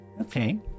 Okay